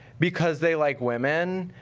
because they like women,